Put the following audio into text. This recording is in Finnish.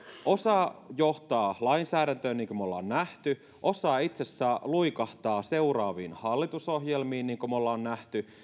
osa johtaa lainsäädäntöön niin kuin me olemme nähneet osa itsessään luikahtaa seuraaviin hallitusohjelmiin niin kuin me olemme nähneet